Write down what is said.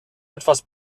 etwas